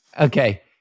Okay